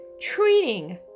treating